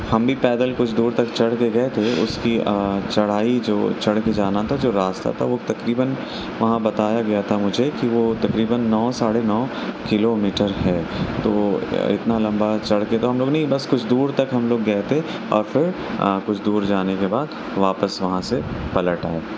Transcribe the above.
ہم بھی پیدل کچھ دور تک چڑھ کے گئے تھے اس کی چڑھائی جو چڑھ کے جانا تھا جو راستہ تھا وہ تقریباً وہاں بتایا گیا تھا مجھے کہ وہ تقریباً نو ساڑھے نو کلو میٹر ہے تو اتنا لمبا چڑھ کے تو ہم لوگ نہیں بس کچھ دور تک ہم لوگ گئے تھے اور پھر کچھ دور جانے کے بعد واپس وہاں سے پلٹ آئے